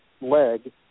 leg